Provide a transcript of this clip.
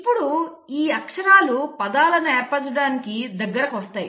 ఇప్పుడు ఈ అక్షరాలు పదాలను ఏర్పరచడానికి దగ్గరకు వస్తాయి